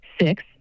six